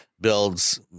builds